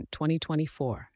2024